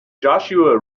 joshua